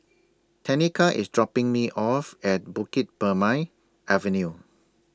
Tenika IS dropping Me off At Bukit Purmei Avenue